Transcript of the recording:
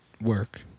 work